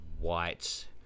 white